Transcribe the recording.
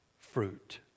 fruit